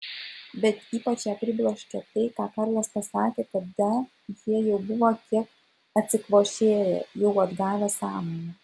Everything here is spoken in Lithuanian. bet ypač ją pribloškė tai ką karlas pasakė kada jie jau buvo kiek atsikvošėję jau atgavę sąmonę